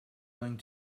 going